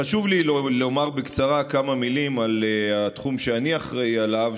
חשוב לי לומר בקצרה כמה מילים על התחום שאני אחראי לו,